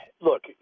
look